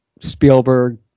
Spielberg